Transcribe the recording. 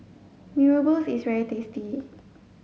Mee Rebus is very tasty